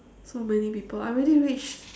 so many people I already reached